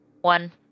one